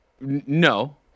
No